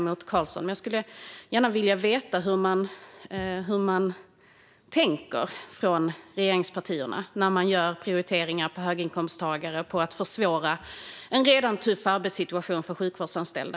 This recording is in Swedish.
Men jag skulle gärna vilja veta hur regeringspartierna tänker när de prioriterar höginkomsttagare och försvårar en redan tuff arbetssituation för sjukvårdsanställda.